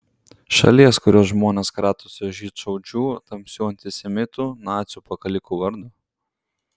šalies kurios žmonės kratosi žydšaudžių tamsių antisemitų nacių pakalikų vardo